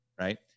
right